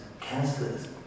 cancers